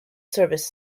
service